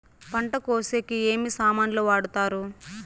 పంట కోసేకి ఏమి సామాన్లు వాడుతారు?